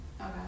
Okay